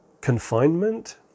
confinement